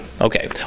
Okay